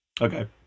Okay